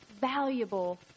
valuable